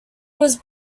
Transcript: was